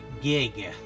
gig